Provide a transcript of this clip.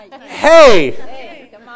Hey